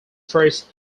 first